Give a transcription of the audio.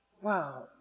wow